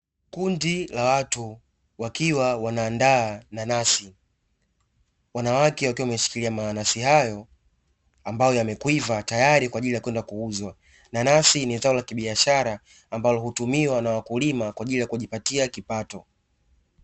Kundi la watu wakiwa wanaandaa nanasi. Wanawake wakiwa wameshikilia mananasi hayo ambayo yamekwiva tayari kwaajili ya kwenda kuuzwa. Nanasi ni zao la kibiashara ambalo hutumiwa na wakulima kwaajili ya kujipatia kipato.